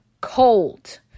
cold